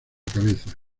cabeza